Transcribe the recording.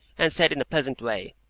and said in a pleasant way,